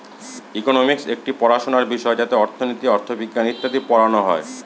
economics একটি পড়াশোনার বিষয় যাতে অর্থনীতি, অথবিজ্ঞান ইত্যাদি পড়ানো হয়